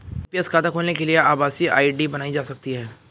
NPS खाता खोलने के लिए आभासी आई.डी बनाई जा सकती है